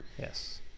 Yes